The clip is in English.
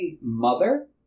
mother